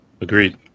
agreed